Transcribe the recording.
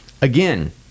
Again